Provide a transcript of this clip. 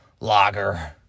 lager